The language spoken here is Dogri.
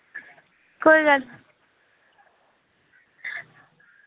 कोई गल्ल निं